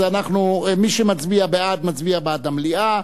מי שמצביע בעד מצביע בעד מליאה,